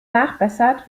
nachbessert